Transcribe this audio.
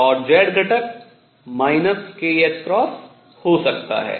और z घटक kℏ हो सकता है